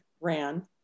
ran